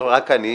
רק אני,